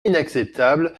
inacceptable